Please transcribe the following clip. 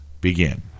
begin